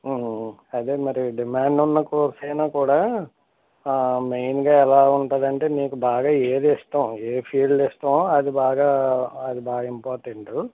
అదే మరి డిమాండ్ ఉన్న కోర్స్ అయినా కూడా మెయిన్గా ఎలా ఉంటుందంటే నీకు బాగా ఏది ఇష్టం ఏ ఫీల్డ్ ఇష్టం అది బాగా అది బాగా ఇంపార్టెంట్